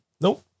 nope